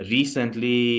Recently